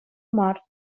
мар